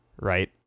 Right